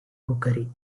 cookery